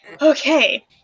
Okay